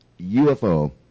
UFO